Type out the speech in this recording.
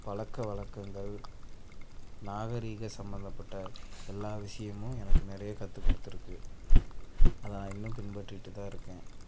பழக்க வழக்கங்கள் நாகரீக சம்மந்தப்பட்ட எல்லா விஷயமும் எனக்கு நிறைய கற்றுக் கொடுத்துருக்கு அதை நான் இன்னும் பின்பற்றிகிட்டு தான் இருக்கேன்